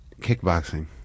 kickboxing